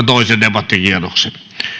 toisen debattikierroksen